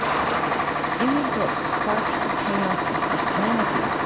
in his book quarks, chaos and christianity,